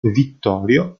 vittorio